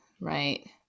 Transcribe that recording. Right